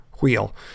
wheel